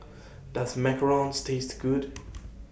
Does Macarons Taste Good